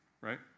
right